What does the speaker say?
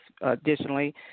additionally